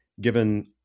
given